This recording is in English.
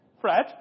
Fred